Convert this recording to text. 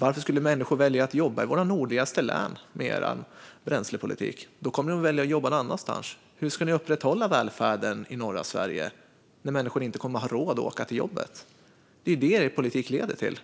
Varför skulle människor välja att jobba i våra nordligaste län med er bränslepolitik? De kommer att välja att jobba någon annanstans. Hur ska ni upprätthålla välfärden i norra Sverige när människor inte kommer att ha råd att åka till jobbet? Det är vad er politik leder till.